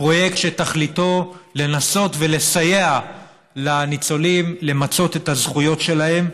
פרויקט שתכליתו לנסות לסייע לניצולים למצות את הזכויות שלהם,